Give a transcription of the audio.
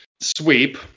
sweep